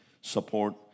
support